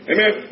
Amen